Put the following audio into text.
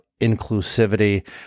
inclusivity